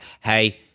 hey